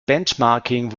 benchmarking